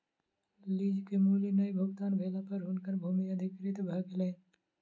lease के मूल्य नै भुगतान भेला पर हुनकर भूमि अधिकृत भ गेलैन